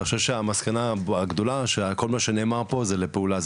אני חושב שהמסקנה הגדולה שכל מה שנאמר פה זה לפעולה,